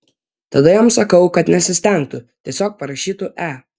tada jiems sakau kad nesistengtų tiesiog parašytų e